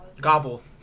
gobble